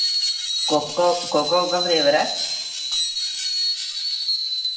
कोह्का कोह्का कोह्का फ्लेवर ऐ